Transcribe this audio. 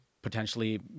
Potentially